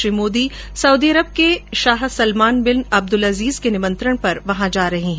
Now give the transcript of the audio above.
Shri Modi Saudi Arab के शाह Salman bin Abdulaziz के निमंत्रण पर वहां जा रहे हैं